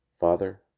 Father